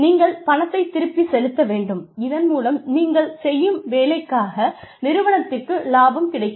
நீங்கள் பணத்தை திருப்பிச் செலுத்தவேண்டும் இதன் மூலம் நீங்கள் செய்யும் வேலைக்காக நிறுவனத்திற்கு லாபம் கிடைக்கும்